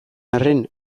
arren